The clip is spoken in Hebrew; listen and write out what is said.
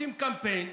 עושים קמפיין.